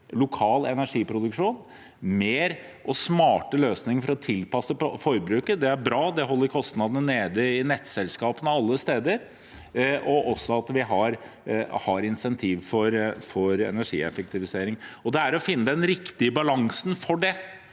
lokal energiproduksjon og flere og smarte løsninger for å tilpasse forbruket. Det er bra, og det holder kostnadene nede i nettselskapene og alle steder, i tillegg til at vi har insentiv for energieffektivisering. Det gjelder å finne den riktige balansen for det.